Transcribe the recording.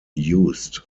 used